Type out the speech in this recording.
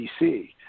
DC